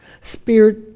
spirit